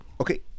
Okay